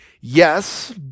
yes